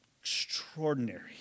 extraordinary